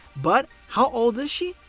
but how old is she?